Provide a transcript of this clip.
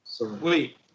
Wait